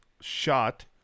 shot